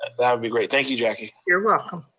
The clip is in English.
that'd be great. thank you, jackie. you're welcome.